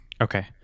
Okay